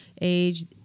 age